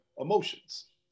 emotions